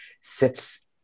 sits